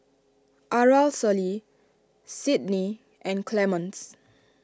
Aracely Cydney and Clemens